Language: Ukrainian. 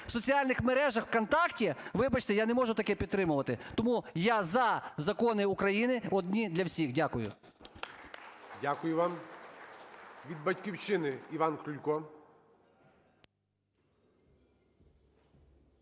в соціальних мережах, ВКонтакте, вибачте, я не можу таке підтримувати. Тому я "за" закони України одні для всіх. Дякую. ГОЛОВУЮЧИЙ. Дякую вам. Від "Батьківщини" ІванКрулько.